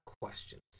questions